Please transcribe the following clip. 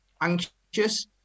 anxious